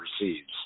receives